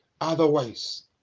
otherwise